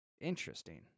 Interesting